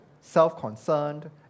self-concerned